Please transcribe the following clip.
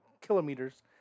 Kilometers